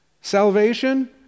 salvation